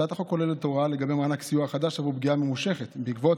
הצעת החוק כוללת הוראה לגבי מענק סיוע חדש עבור פגיעה ממושכת בעקבות